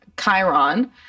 Chiron